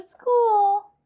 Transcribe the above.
school